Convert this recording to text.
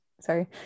Sorry